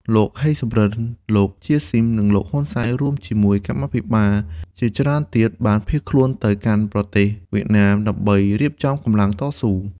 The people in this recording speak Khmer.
លោក ហេង សំរិន លោក ជា ស៊ីម និងលោក ហ៊ុន សែន រួមជាមួយកម្មាភិបាលជាច្រើនទៀត បានភៀសខ្លួនទៅកាន់ប្រទេសវៀតណាមដើម្បីរៀបចំកម្លាំងតស៊ូ។